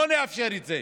לא נאפשר את זה.